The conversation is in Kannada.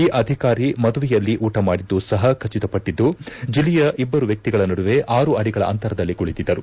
ಈ ಅಧಿಕಾರಿ ಮದುವೆಯಲ್ಲಿ ಊಟ ಮಾಡಿದ್ದು ಸಹ ಖಚಿತಪಟ್ಟಿದ್ದು ಜಿಲ್ಲೆಯ ಇಬ್ಬರು ವ್ಯಕ್ತಿಗಳ ನಡುವೆ ಆರು ಅಡಿಗಳ ಅಂತರದಲ್ಲಿ ಕುಳಿತಿದ್ದರು